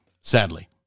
sadly